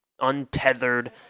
untethered